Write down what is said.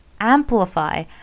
amplify